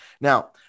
Now